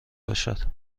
باشد